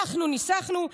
אנחנו ניסחנו.